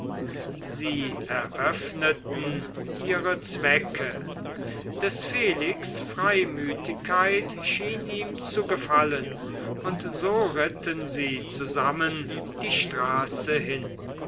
sie eröffneten ihre zwecke des felix freimütigkeit schien ihm zu gefallen und so ritten sie zusammen die straße hin